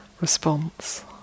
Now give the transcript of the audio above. response